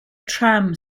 tram